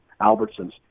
Albertson's